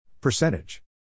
Percentage